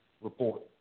report